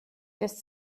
lässt